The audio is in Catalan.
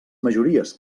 majories